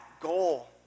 goal